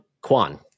kwan